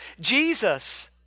Jesus